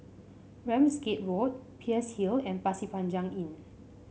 Ramsgate Road Peirce Hill and Pasir Panjang Inn